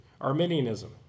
Arminianism